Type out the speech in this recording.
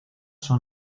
son